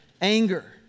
Anger